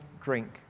drink